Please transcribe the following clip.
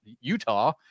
Utah